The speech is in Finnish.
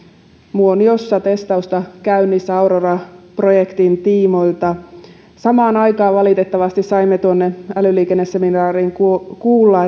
muoniossa testausta käynnissä aurora projektin tiimoilta samaan aikaan valitettavasti saimme tuolla älyliikenneseminaarissa kuulla